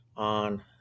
on